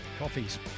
coffees